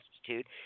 Institute